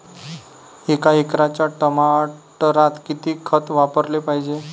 एका एकराच्या टमाटरात किती खत वापराले पायजे?